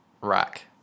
rack